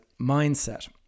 mindset